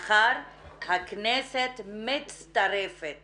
מחר הכנסת מצטרפת